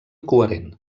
coherent